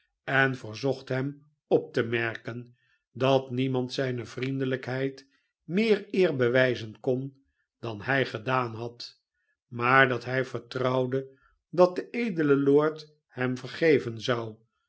en verzocht hem op te merken dat niemand zijno vriendelijkheid meer eer bewijzen kon dan hij gedaan had maar dat hij vertrouwde dat de edele lord hem vergeven zou